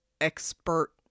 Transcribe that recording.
expert